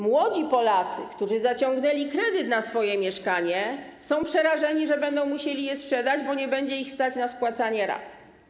Młodzi Polacy, którzy zaciągnęli kredyt na swoje mieszkanie, są przerażeni, że będą musieli je sprzedać, bo nie będzie ich stać na spłacanie rat.